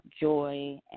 joy